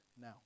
now